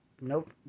nope